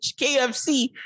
KFC